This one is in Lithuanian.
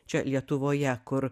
čia lietuvoje kur